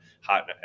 hot